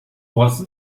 was